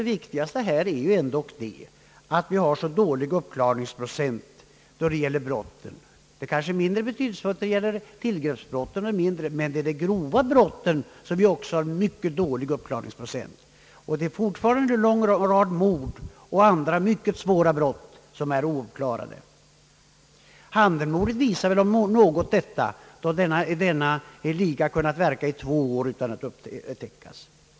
Det väsentliga problemet är att vi har så dålig uppklaringsprocent när det gäller grövre brott. Det är kanske mindre betydelsefullt när det gäller tillgreppsbrotten, mer väsentligt är att även för de grova brotten uppklaringsprocenten är låg. Det är fortfarande en lång rad mord och andra svåra brott, som är ouppklarade. Handenmorden visade väl om något detta, då denna liga kunnat verka i två år utan att upptäckas.